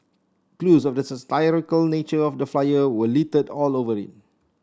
clues of the satirical nature of the flyer were littered all over it